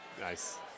Nice